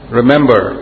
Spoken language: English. remember